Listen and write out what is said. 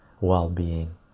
well-being